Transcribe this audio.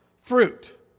fruit